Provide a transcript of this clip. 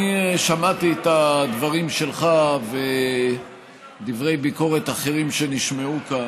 אני שמעתי את הדברים שלך ודברי ביקורת אחרים שנשמעו כאן.